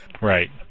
Right